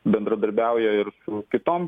bendradarbiauja ir su kitom